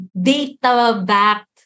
data-backed